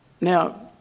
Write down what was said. Now